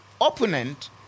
opponent